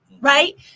Right